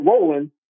rolling